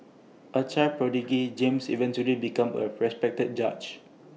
A child prodigy James eventually became A respected judge